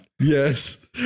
Yes